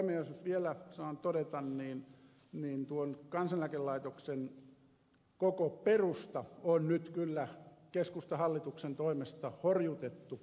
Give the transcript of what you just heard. jos vielä saan todeta niin tuon kansaneläkelaitoksen koko perusta on nyt kyllä keskustahallituksen toimesta horjutettu